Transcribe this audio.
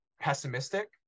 pessimistic